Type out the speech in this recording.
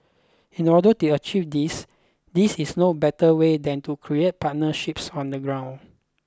in order to achieve this these is no better way than to create partnerships on the ground